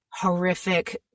horrific